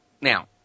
now